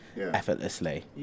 effortlessly